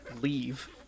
leave